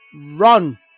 run